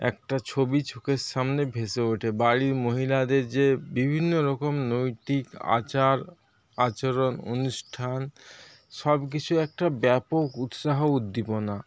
একটা ছবি চোখের সামনে ভেসে ওঠে বাড়ির মহিলাদের যে বিভিন্ন রকম নৈতিক আচার আচরণ অনুষ্ঠান সব কিছু একটা ব্যাপক উৎসাহ উদ্দীপনা